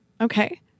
okay